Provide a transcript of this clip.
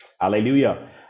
Hallelujah